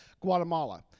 Guatemala